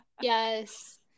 Yes